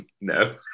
No